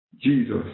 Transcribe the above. Jesus